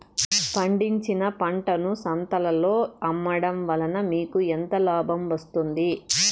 పండించిన పంటను సంతలలో అమ్మడం వలన మీకు ఎంత లాభం వస్తుంది?